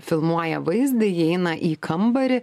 filmuoja vaizdą įeina į kambarį